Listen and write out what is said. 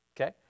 Okay